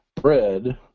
bread